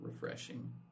refreshing